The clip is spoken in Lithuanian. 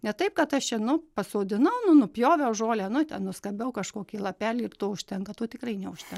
ne taip kad aš čia nu pasodinau nu nupjoviau žolę nu ten nuskabiau kažkokį lapelį ir to užtenka to tikrai neužten